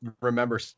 remember